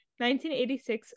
1986